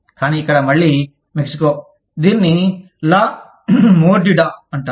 కానీ ఇక్కడ మళ్ళీ మెక్సికో దీనిని లా మోర్డిడా అంటారు